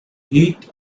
hit